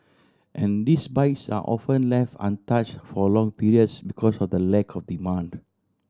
and these bikes are often left untouched for long periods because of the lack of demand